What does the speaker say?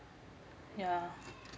yeah